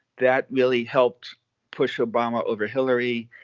that really helped push obama over hillary.